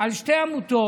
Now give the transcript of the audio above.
על שתי עמותות